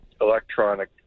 electronic